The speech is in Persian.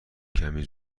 کمی